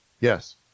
Yes